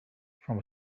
from